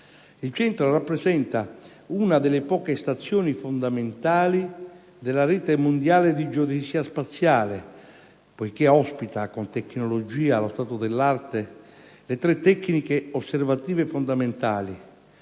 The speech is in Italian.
Il Centro rappresenta una delle poche stazioni fondamentali della rete mondiale di geodesia spaziale, poiché ospita con tecnologia allo stato dell'arte le tre tecniche osservative fondamentali